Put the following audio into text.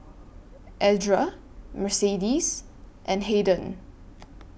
Edra Mercedes and Haden